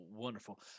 Wonderful